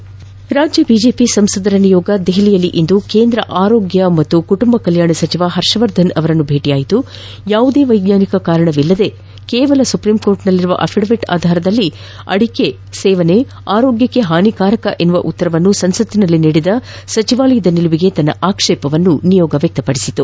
Karnataka BJP ಸಂಸದರ ನಿಯೋಗವು ದೆಹಲಿಯಲ್ಲಿಂದು ಕೇಂದ್ರ ಆರೋಗ್ಯ ಮತ್ತು ಕುಟುಂಬ ಕಲ್ಯಾಣ ಸಚಿವ ಹರ್ಷವರ್ಧನ್ ಅವರನ್ನು ಭೇಟಿ ಮಾದಿ ಯಾವುದೇ ವೈಜ್ಞಾನಿಕ ಕಾರಣಗಳಿಲ್ಲದೇ ಕೇವಲ ಸುಪ್ರೀಂ ಕೋರ್ಟಿನಲ್ಲಿರುವ ಅಫಿಡವಿಟ್ ಆಧಾರದಲ್ಲಿ ಅಡಿಕೆ ಆರೋಗ್ಯಕ್ಕೆ ಹಾನಿಕಾರಕ ಎನ್ನುವ ಉತ್ತರವನ್ನು ಸಂಸತ್ತಿನಲ್ಲಿ ನೀಡಿದ ಸಚಿವಾಲಯದ ನಿಲುವಿಗೆ ತನ್ನ ಅಕ್ಷೇಪ ವ್ಯಕ್ತಪಡಿಸಿದೆ